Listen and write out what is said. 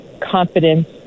confidence